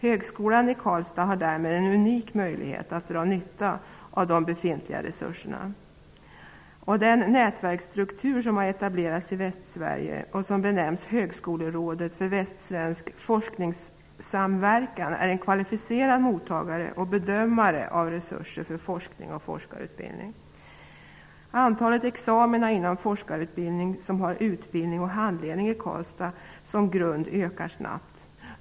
Högskolan i Karlstad har därmed en unik möjlighet att dra nytta av de befintliga resurserna. Den nätverksstruktur som har etablerats i Västsverige, och som benämns högskolerådet för västsvensk forskningssamverkan, är en kvalificerad mottagare och bedömare av resurser för forskning och forskarutbildning. Antalet examina inom forskarutbildning som har utbildning och handledning i Karlstad som grund ökar snabbt.